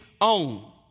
own